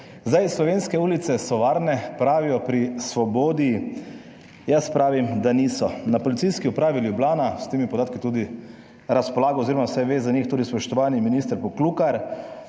Zdaj, slovenske ulice so varne, pravijo pri Svobodi, jaz pravim, da niso. Na Policijski upravi Ljubljana - s temi podatki tudi razpolaga, oz. vsaj ve za njih, tudi spoštovani minister Poklukar